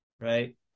Right